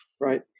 right